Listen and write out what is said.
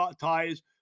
Tires